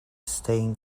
stained